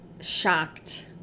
shocked